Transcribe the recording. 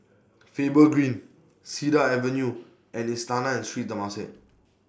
Faber Green Cedar Avenue and Istana and Sri Temasek